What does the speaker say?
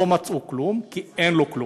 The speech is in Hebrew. לא מצאו כלום, כי אין לו כלום.